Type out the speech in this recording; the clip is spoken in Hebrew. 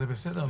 זה בסדר.